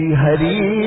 Hari